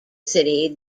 city